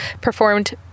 performed